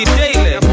daily